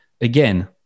Again